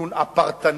התכנון הפרטני.